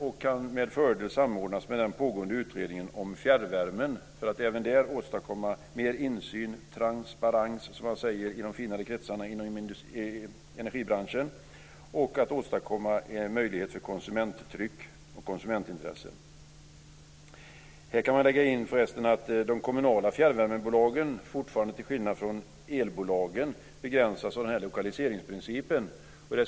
Det kan med fördel samordnas med den pågående utredningen om fjärrvärme, för att även där åstadkomma mer insyn - transparens, som man säger i de finare kretsarna inom energibranschen - och en möjlighet till konsumenttryck och hänsyn till konsumentintressen. Man kan för resten lägga till att de kommunala fjärrvärmebolagen fortfarande, till skillnad från elbolagen, begränsas av den s.k. lokaliseringsprincipen.